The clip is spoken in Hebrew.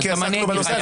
כי עסקתי בנושא.